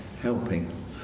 helping